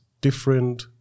different